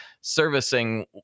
servicing